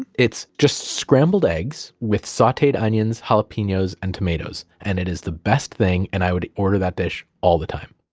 and it's just scrambled eggs with sauteed onions, jalapenos and tomatoes, and it is the best thing and i would order that dish all the time.